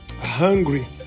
hungry